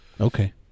Okay